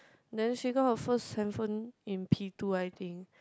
then she got her first handphone in P two I think